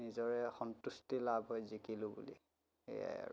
নিজৰে সন্তুষ্টি লাভ হয় জিকিলোঁ বুলি সেয়াই আৰু